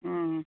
অঁ